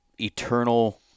eternal